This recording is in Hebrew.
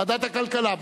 ועדת הכלכלה.